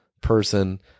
person